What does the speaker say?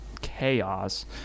chaos